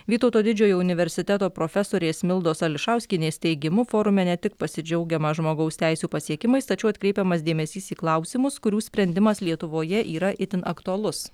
vytauto didžiojo universiteto profesorės mildos ališauskienės teigimu forume ne tik pasidžiaugiama žmogaus teisių pasiekimais tačiau atkreipiamas dėmesys į klausimus kurių sprendimas lietuvoje yra itin aktualus